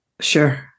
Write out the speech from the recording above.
Sure